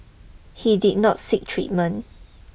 he did not seek treatment